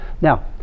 Now